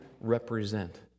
represent